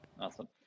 Awesome